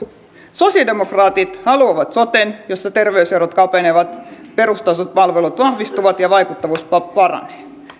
sosiaalidemokraatit haluavat soten jossa terveyserot kapenevat perustason palvelut vahvistuvat ja vaikuttavuus paranee